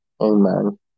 Amen